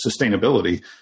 sustainability